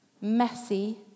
messy